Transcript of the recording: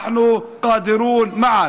ביחד אנו מסוגלים לכך.